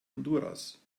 honduras